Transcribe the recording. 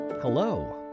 Hello